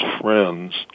friends